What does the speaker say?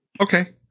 Okay